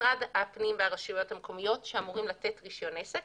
משרד הפנים והרשויות המקומיות שאמורים לתת רישיון עסק